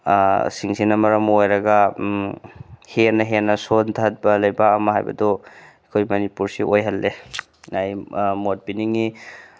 ꯁꯤꯡꯁꯤꯅ ꯃꯔꯝ ꯑꯣꯏꯔꯒ ꯍꯦꯟꯅ ꯍꯦꯟꯅ ꯁꯣꯟꯊꯕ ꯂꯩꯕꯥꯛ ꯑꯃ ꯍꯥꯏꯕꯗꯨ ꯑꯩꯈꯣꯏ ꯃꯅꯤꯄꯨꯔꯁꯦ ꯑꯣꯏꯍꯟꯂꯦ ꯑꯩ ꯃꯣꯠ ꯄꯤꯅꯤꯡꯏ